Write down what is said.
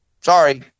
Sorry